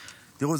תראו,